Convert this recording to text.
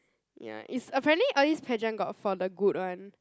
ya is apparently all these pageant got for the good one